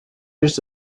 just